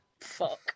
Fuck